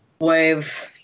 Wave